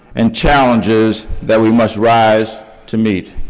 and challenges that we must rise to meet.